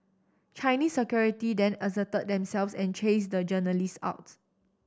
Chinese security then asserted themselves and chased the journalists out